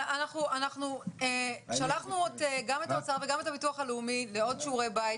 אנחנו שלחנו גם את האוצר וגם את הביטוח הלאומי לעוד שיעורי בית,